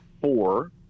four